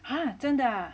哈真的啊